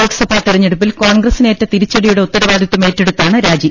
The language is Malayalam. ലോക്സഭാ തെരഞ്ഞെടുപ്പിൽ കോൺഗ്രസിനേറ്റ തിരിച്ചടിയുടെ ഉത്തരവാദിത്തം ഏറ്റെടുത്താണ് രാജി